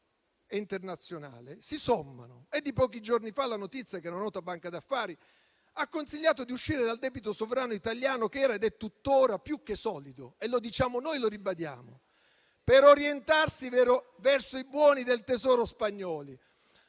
ed internazionale si sommano. È di pochi giorni fa la notizia che una nota banca d'affari ha consigliato di uscire dal debito sovrano italiano, che era ed è tuttora più che solido - lo diciamo noi e lo ribadiamo - per orientarsi verso i buoni del tesoro spagnoli.